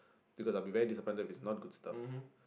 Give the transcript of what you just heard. because I would be very disappointed if it's not good stuff